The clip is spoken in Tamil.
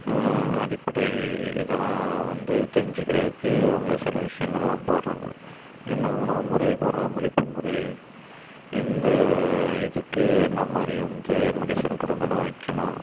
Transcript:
அடிப்படை இதெல்லாம் வந்து தெரிஞ்சுக்கிறதுக்கு அவங்க சில விஷயங்களெலாம் போடுறாங்க என்ன உணவுமுறை பராமரிப்பு முறை எந்த இதுக்கு என்ன மாதிரி வந்து மெடிஸன் கொடுக்கணும் வைக்கணும்